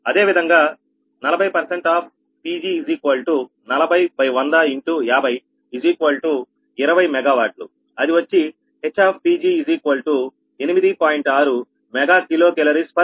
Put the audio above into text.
అదేవిధంగా 40 of Pg40100×5020 MW అది వచ్చి HPg8